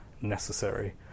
necessary